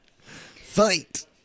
Fight